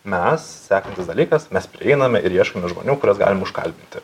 mes sekantis dalykas mes prieiname ir ieškome žmonių kuriuos galima užkalbinti